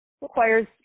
requires